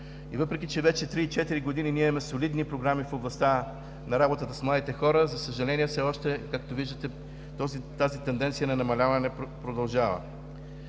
Въпреки че вече три-четири години ние имаме солидни програми в областта на работата с младите хора, за съжаление, все още, както виждате, тази тенденция не намалява, а продължава.